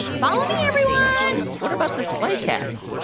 follow me, everyone what about the sleigh cats?